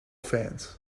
fans